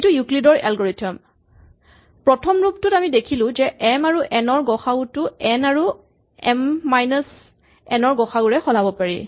এইটো ইউক্লিডৰ এলগৰিথম প্ৰথম ৰূপটোত আমি দেখিলো যে এম আৰু এন ৰ গ সা উ টো এন আৰু এম মাইনাচ এন ৰ গ সা উ ৰে সলাব পাৰি